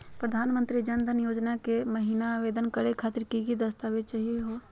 प्रधानमंत्री जन धन योजना महिना आवेदन करे खातीर कि कि दस्तावेज चाहीयो हो?